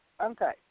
Okay